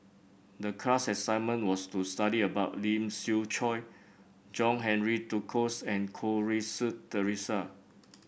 the class assignment was to study about Lee Siew Choh John Henry Duclos and Goh Rui Si Theresa